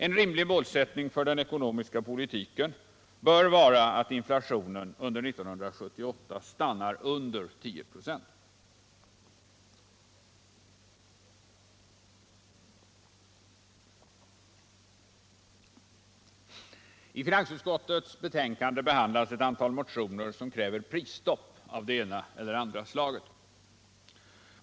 En rimlig målsättning för den ekonomiska politiken bör vara att inflationen under 1978 stannar under 10 96. I finansutskottets betänkande behandlas ett antal motioner som kräver prisstopp av det ena eller det andra slaget.